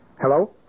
Hello